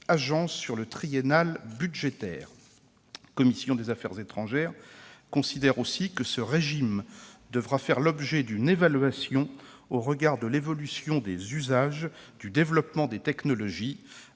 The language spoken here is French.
agence dans le triennal budgétaire. La commission des affaires étrangères considère aussi que ce régime devra faire l'objet d'une évaluation au regard de l'évolution des usages et du développement des technologies,